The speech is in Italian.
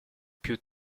più